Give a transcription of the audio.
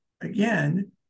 again